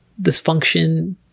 dysfunction